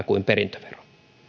kuin perintövero